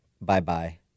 bye-bye